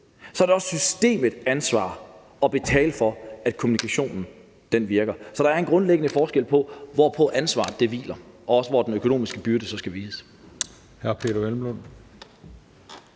er det også systemets ansvar at betale for, at kommunikationen virker. Så der er en grundlæggende forskel på, hvor ansvaret hviler, og hvor den økonomiske byrde så skal ligge.